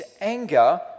anger